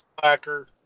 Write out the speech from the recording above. slacker